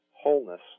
wholeness